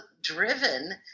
driven